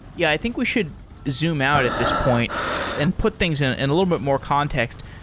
yeah, i think we should zoom out at this point and put things in and a little bit more context.